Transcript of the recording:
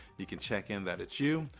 you can check in that it's you,